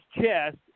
chest